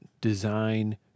design